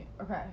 okay